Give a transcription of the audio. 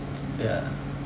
ya